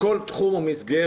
--- שום דבר חוקתי.